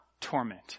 torment